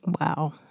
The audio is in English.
Wow